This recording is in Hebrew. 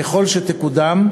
ככל שתקודם,